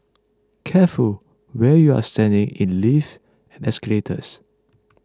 careful where you're standing in lifts and escalators